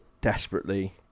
desperately